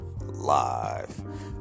live